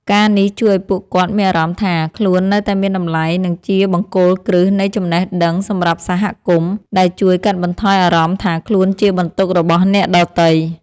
ការណ៍នេះជួយឱ្យពួកគាត់មានអារម្មណ៍ថា ខ្លួននៅតែមានតម្លៃ និងជាបង្គោលគ្រឹះនៃចំណេះដឹងសម្រាប់សហគមន៍ ដែលជួយកាត់បន្ថយអារម្មណ៍ថាខ្លួនជាបន្ទុករបស់អ្នកដទៃ។